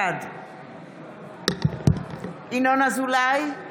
בעד ינון אזולאי,